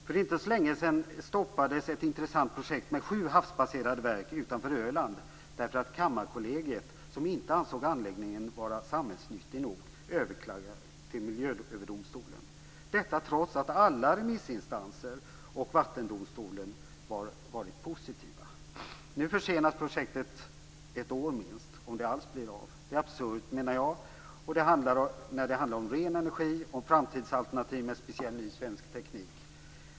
För inte så länge sedan stoppades ett intressant projekt med sju havsbaserade verk utanför Öland därför att Kammarkollegiet, som inte ansåg anläggningen vara samhällsnyttig nog, överklagade till Miljööverdomstolen - detta trots att alla remissinstanser och även vattendomstolen varit positiva. Nu försenas projektet med minst ett år, om det alls blir av. Detta menar jag är absurt när det handlar om ren energi och ett framtidsalternativ med speciell ny svensk teknik.